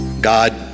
God